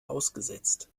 ausgesetzt